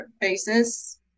basis